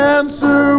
answer